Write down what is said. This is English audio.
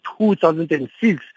2006